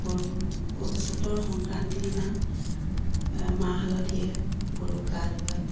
গৰুৰ চতৰ সংক্ৰান্তিৰ দিনা মাহ হালধীয়ে গৰুক গা ধোৱায়